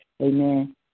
amen